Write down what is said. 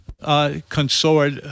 Consort